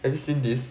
have you seen this